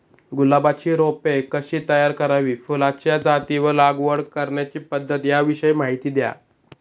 गुलाबाची रोपे कशी तयार करावी? फुलाच्या जाती व लागवड करण्याची पद्धत याविषयी माहिती द्या